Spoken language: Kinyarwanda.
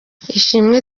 ishimwe